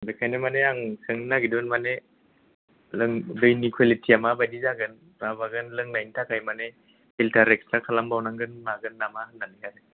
बेनिखायनो मानि आं सोंनो नागिरदों मानि लों दैनि कवालिटिया माबायदि जागोन माबागोन लोंनायनि थाखाय मानि फिल्टार इक्सट्रा खालामबावनांगोन मागोन नामा होननानैहाय